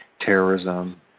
terrorism